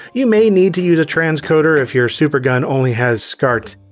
you may need to use a transcoder if your supergun only has scart.